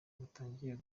batangiye